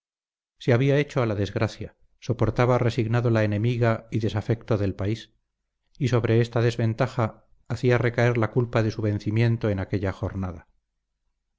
se había hecho a la desgracia soportaba resignado la enemiga y desafecto del país y sobre esta desventaja hacía recaer la culpa de su vencimiento en aquella jornada